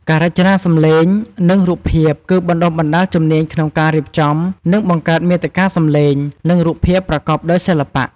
ការរចនាសំឡេង និង រូបភាពគឺ បណ្ដុះបណ្ដាលជំនាញក្នុងការរៀបចំ និងបង្កើតមាតិកាសំឡេង និងរូបភាពប្រកបដោយសិល្បៈ។